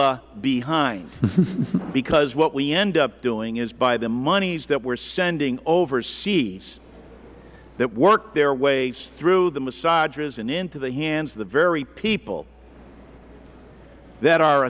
ah behind because what we end up doing is by the moneys that we are sending overseas that work their ways through the madrassas and into the hands of the very people that are